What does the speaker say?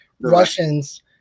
Russians